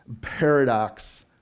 paradox